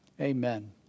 Amen